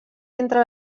entre